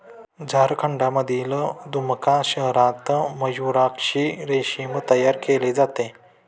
झारखंडमधील दुमका शहरात मयूराक्षी रेशीम तयार केले जाते